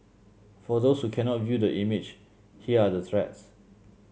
for those who cannot view the image here are the threats